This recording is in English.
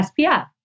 SPF